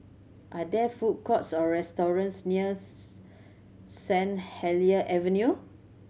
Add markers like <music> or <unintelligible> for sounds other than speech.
are there food courts or restaurants near <unintelligible> Saint Helier Avenue